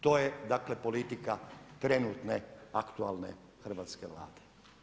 To je dakle politika trenutke aktualne hrvatske Vlade.